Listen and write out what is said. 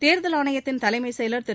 தேர்தல் ஆணையத்தின் தலைமைச் செயலர் திரு